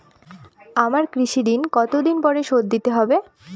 আমার কৃষিঋণ কতদিন পরে শোধ দিতে হবে?